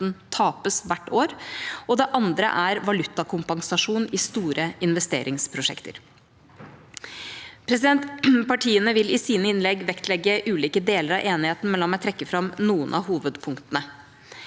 tapes hvert år, og det andre er valutakompensasjon i store investeringsprosjekter. Partiene vil i sine innlegg vektlegge ulike deler av enigheten, men la meg trekke fram noen av hovedpunktene.